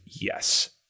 yes